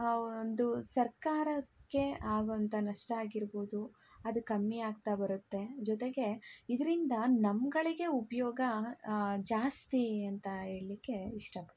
ಆ ಒಂದು ಸರ್ಕಾರಕ್ಕೆ ಆಗುವಂಥ ನಷ್ಟ ಆಗಿರ್ಬೋದು ಅದು ಕಮ್ಮಿಯಾಗ್ತಾ ಬರುತ್ತೆ ಜೊತೆಗೆ ಇದರಿಂದ ನಮ್ಮಗಳಿಗೆ ಉಪಯೋಗ ಜಾಸ್ತಿ ಅಂತ ಹೇಳ್ಲಿಕ್ಕೆ ಇಷ್ಟಪಡ್ತೀನಿ